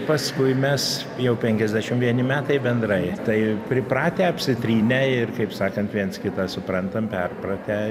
paskui mes jau penkiasdešim vieni metai bendrai tai pripratę apsitrynę ir kaip sakant viens kitą suprantam perpratę